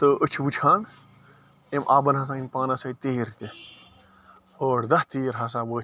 تہٕ أسۍ چھِ وُچھان أمۍ آبَن ہَسا أنۍ پانَس سۭتۍ تیٖر تہِ ٲٹھ دَہ تیٖر ہسا ؤتھۍ